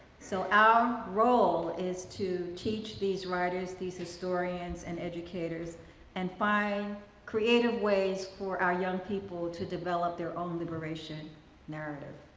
so our role is to teach these writers, these historians, and educators and find creative ways for our young people to develop their own liberation narrative.